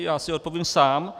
Já si odpovím sám.